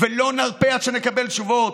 ולא נרפה עד שנקבל תשובות.